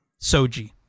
Soji